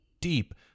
deep